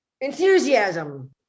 Enthusiasm